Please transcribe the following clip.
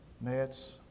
nets